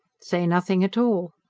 say nothing at all.